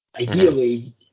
Ideally